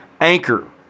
Anchor